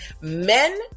Men